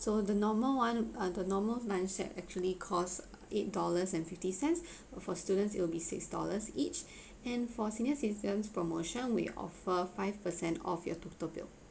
so the normal [one] uh the normal lunch set actually cost eight dollars and fifty cents for students it will be six dollars each and for senior citizens promotion we offer five percent off your total bill